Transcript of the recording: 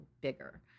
bigger